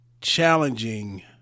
challenging